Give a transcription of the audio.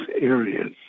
areas